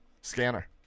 scanner